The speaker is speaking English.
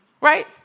right